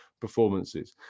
performances